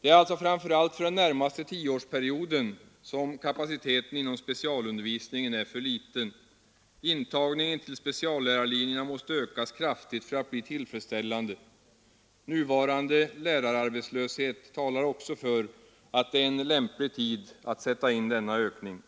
Det är alltså framför allt för den närmaste tioårsperioden som kapaciteten inom specialundervisningen är för liten. Intagningen till speciallärarlinjerna måste ökas kraftigt för att bli tillfredsställande. Nuvarande lärararbetslöshet talar också för att det är en lämplig tid att sätta in denna ökning.